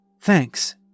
Thanks